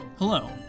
Hello